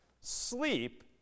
sleep